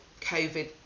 COVID